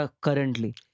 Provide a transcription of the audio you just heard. Currently